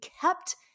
kept